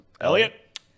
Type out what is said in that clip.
Elliot